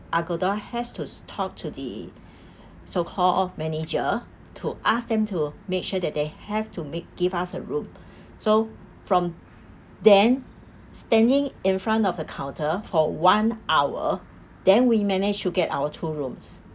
Agoda has to s~ talk to the so called manager to ask them to make sure that they have to make give us a room so from then standing in front of the counter for one hour then we managed to get our two rooms